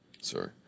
Sorry